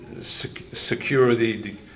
security